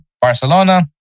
Barcelona